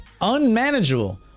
unmanageable